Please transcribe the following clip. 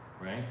right